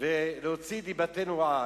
ולהוציא דיבתנו רעה?